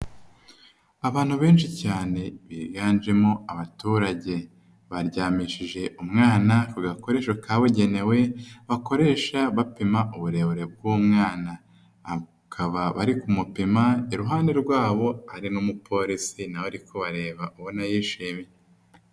Abantu benshi cyane biganjemo abaturage. Baryamishije umwana, ku gakoresho kabugenewe, bakoresha bapima uburebure bw'umwana, bakaba bari kumupima, iruhande rwabo hari n'umupolisi nawe ari kubareba ubona ko yishimye.